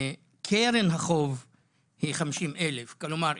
קרן החוב היא 50,000. כלומר,